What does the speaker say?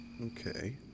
Okay